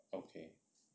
okay